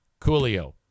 Coolio